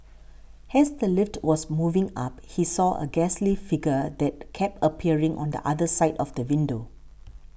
has the lift was moving up he saw a ghastly figure that kept appearing on the other side of the window